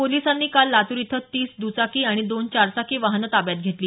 पोलिसांनी काल लातूर इथं तीस दुचाकी आणि दोन चारचाकी ताब्यात घेतल्या